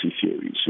theories